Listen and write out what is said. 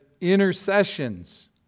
intercessions